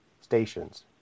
stations